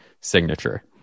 signature